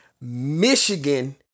Michigan